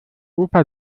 opa